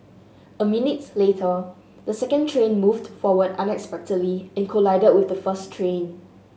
a minutes later the second train moved forward unexpectedly and collided with the first train